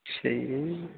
சரி